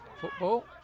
Football